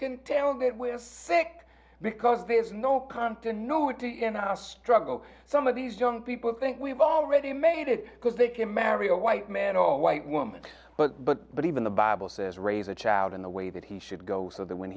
can tell that we're sick because there is no continuity and i struggle some of these young people think we've already made it because they can marry a white man or a white woman but but but even the bible says raise a child in the way that he should go so that when